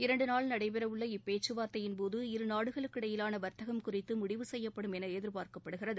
இரண்டுநாள் நடைபெறவுள்ள இப்பேச்சுவார்த்தையின்போது இரு நாடுகளுக்கிடையிலான வர்த்தகம் குறித்து முடிவு செய்யப்படும் என எதிர்பார்க்கப்படுகிறது